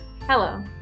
Hello